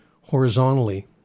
horizontally